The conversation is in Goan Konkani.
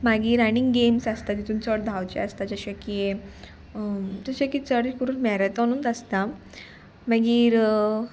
मागीर रानिंग गेम्स आसता तितून चड धांवचे आसता जशे की जशे की चड करून मॅरॅथॉनूच आसता मागीर